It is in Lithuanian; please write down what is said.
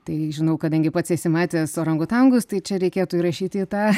tai žinau kadangi pats esi matęs orangutangus tai čia reikėtų įrašyti į tą